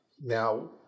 Now